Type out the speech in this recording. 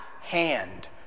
hand